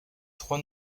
trois